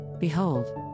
Behold